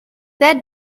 that